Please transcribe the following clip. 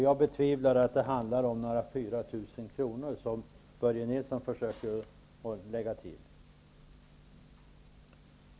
Jag betvivlar att det handlar om några 4 000 kr., som Börje Nilsson försöker få det till.